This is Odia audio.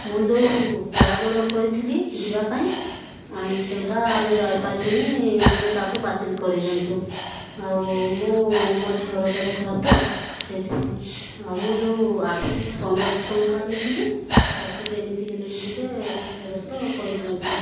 ମୁଁ ଯେଉଁ କ୍ୟାବ୍ ଅର୍ଡ଼ର କରିଥିଲି ଯିବା ପାଇଁ ସେହିଟା ଆମେ ଯାଇପାରିବୁନି ଟିକେ ତାକୁ ବାତିଲ କରାଇ ଦିଅନ୍ତୁ ଆଉ ମୁଁ ମୋ ଝିଅର ଦେହ ଖରାପ ତ ସେହିଥିପାଇଁ ଆଉ ମୁଁ ଯେଉଁ ଆଡ଼ଭାନ୍ସ ପନ୍ଦରଶହ ଟଙ୍କା ଦେଇଥିଲି ତାକୁ ଯେମିତି ହେଲେ ବି ଟିକେ ଫେରସ୍ତ କରି ଦିଅନ୍ତୁ